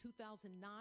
2009